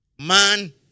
Man